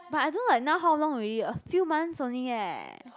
but I don't know like now how long already a few months only eh